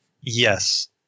Yes